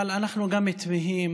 אבל אנחנו גם תמהים